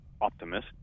optimist